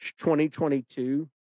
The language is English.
2022